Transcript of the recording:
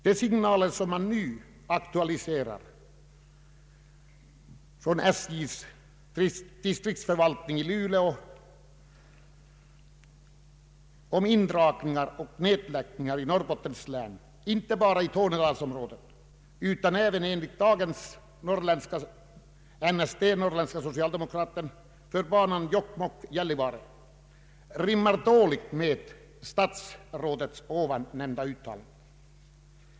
De signaler som nu kommer från SJ:s distriktsförvaltning i Luleå om indragningar och nedläggningar i Norrbottens län, inte bara i Tornedalsområdet utan även enligt dagens nummer av Norrländska Socialdemokraten beträffande bandelen Jokkmokk— Gällivare, rimmar dåligt med statsrådets på presskonferensen gjorda uttalande.